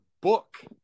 book